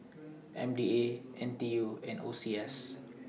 M D A N T U and O C S